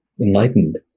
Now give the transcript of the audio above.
enlightened